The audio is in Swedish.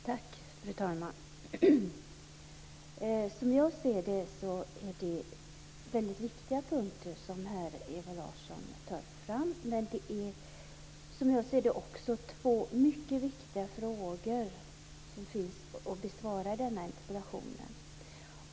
Fru talman! Som jag ser det är det väldigt viktiga punkter som Ewa Larsson tar upp. Det finns också två mycket viktiga frågor att besvara i denna interpellation.